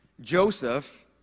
Joseph